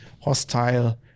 hostile